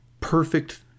perfect